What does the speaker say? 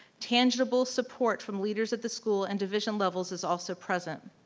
tangible support from leaders at the school and division levels is also present.